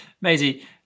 Maisie